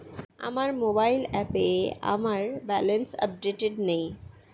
আমার মোবাইল অ্যাপে আমার ব্যালেন্স আপডেটেড নেই